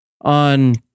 on